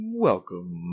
welcome